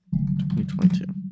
2022